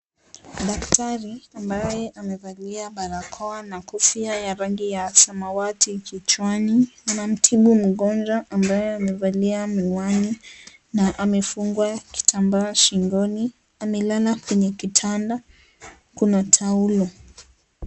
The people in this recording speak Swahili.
Daktari ambaye amevalia barakoa na kofia ya rangi ya samawati kichwani anamtibu mgonjwa ambaye amevalia miwani na amefungwa kitambaa shingoni, amelala kwenye kitanda, kuna taulo.